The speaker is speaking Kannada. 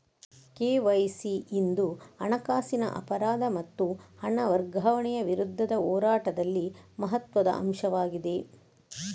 ಕೆ.ವೈ.ಸಿ ಇಂದು ಹಣಕಾಸಿನ ಅಪರಾಧ ಮತ್ತು ಹಣ ವರ್ಗಾವಣೆಯ ವಿರುದ್ಧದ ಹೋರಾಟದಲ್ಲಿ ಮಹತ್ವದ ಅಂಶವಾಗಿದೆ